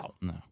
no